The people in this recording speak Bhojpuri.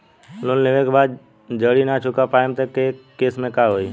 लोन लेवे के बाद जड़ी ना चुका पाएं तब के केसमे का होई?